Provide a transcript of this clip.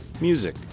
music